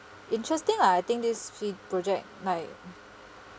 interesting lah I think this project like